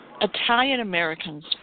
Italian-Americans